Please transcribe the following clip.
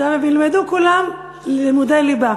עכשיו הם ילמדו, כולם, לימודי ליבה.